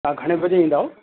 तव्हां घणे वजे ईंदव